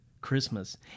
Christmas